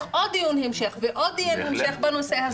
עוד דיון המשך ועוד דיון המשך בנושא הזה.